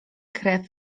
krew